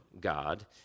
God